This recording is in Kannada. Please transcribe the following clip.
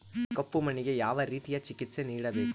ಕಪ್ಪು ಮಣ್ಣಿಗೆ ಯಾವ ರೇತಿಯ ಚಿಕಿತ್ಸೆ ನೇಡಬೇಕು?